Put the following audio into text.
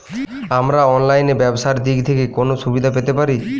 আমরা অনলাইনে ব্যবসার দিক থেকে কোন সুবিধা পেতে পারি?